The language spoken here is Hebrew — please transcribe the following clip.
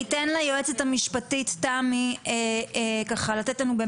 אתן ליועצת המשפטית תמי לתת לנו את